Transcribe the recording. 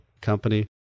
company